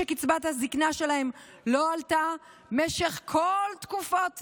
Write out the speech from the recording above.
שקצבת הזקנה שלהם לא עלתה במשך כל תקופות נתניהו?